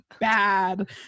bad